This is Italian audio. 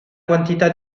quantità